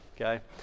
okay